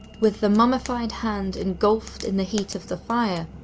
with the mummified hand engulfed in the heat of the fire,